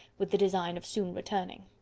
with the design of soon returning.